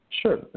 Sure